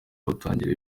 batangira